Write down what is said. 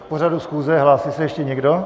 K pořadu schůze hlásí se ještě někdo?